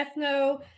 ethno